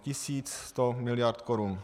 Tisíc sto miliard korun.